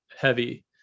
heavy